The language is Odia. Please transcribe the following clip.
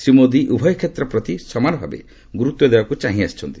ଶ୍ରୀ ମୋଦି ଉଭୟ କ୍ଷେତ୍ର ପ୍ରତି ସମାନଭାବେ ଗୁରୁତ୍ୱ ଦେବାକୁ ଚାହିଁ ଆସିଛନ୍ତି